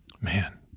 Man